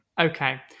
Okay